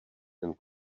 ten